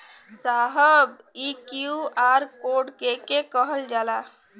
साहब इ QR code के के कहल जाला?